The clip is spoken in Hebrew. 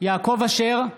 בהצבה יעקב אשר,